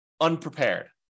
unprepared